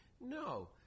No